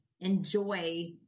enjoy